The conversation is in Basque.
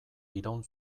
iraun